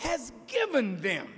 has given them